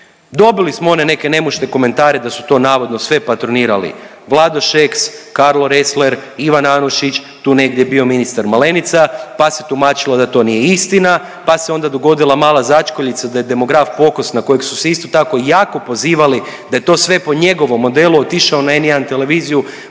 Dobili smo one neke nemušne komentare da su navodno to sve patronirali Vlado Šeks, Karlo Lesler, Ivan Anušić, tu negdje je bio ministar Malenica, pa se tumačilo da to nije istina, pa se onda dogodila mala začkoljica da je demograf Pokos na kojeg su isto tako jako pozivali da je to sve po njegovom modelu otišao na N1 televiziju